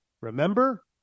remember